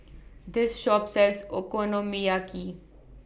This Shop sells Okonomiyaki